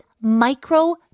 micro